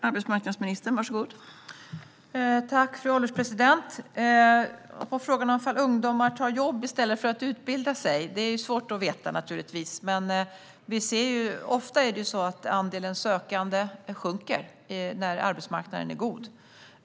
Fru ålderspresident! När det gäller frågan om varför ungdomar tar jobb i stället för att utbilda sig är det naturligtvis svårt att veta det. Ofta minskar andelen sökande när arbetsmarknaden är god.